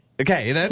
Okay